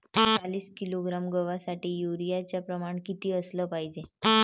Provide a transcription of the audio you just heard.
चाळीस किलोग्रॅम गवासाठी यूरिया च प्रमान किती असलं पायजे?